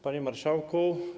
Panie Marszałku!